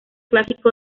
clásico